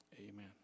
Amen